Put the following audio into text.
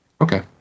okay